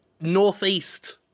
northeast